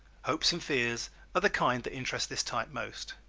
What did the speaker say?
hopes and fears are the kind that interest this type most.